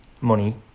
money